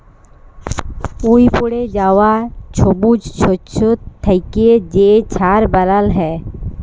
উইপড়ে যাউয়া ছবুজ শস্য থ্যাইকে যে ছার বালাল হ্যয়